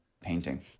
painting